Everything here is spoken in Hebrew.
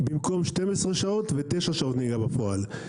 במקום 12 שעות ותשע שעות נהיגה בפועל.